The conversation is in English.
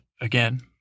again